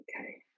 Okay